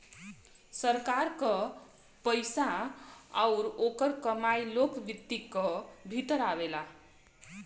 सरकार क पइसा आउर ओकर कमाई लोक वित्त क भीतर आवेला